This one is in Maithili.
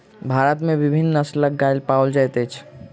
भारत में विभिन्न नस्लक गाय पाओल जाइत अछि